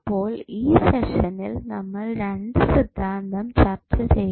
അപ്പോൾ ഈ സെഷനിൽ നമ്മൾ 2 സിദ്ധാന്തം ചർച്ച ചെയ്തു